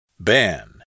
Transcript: BAN